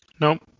Nope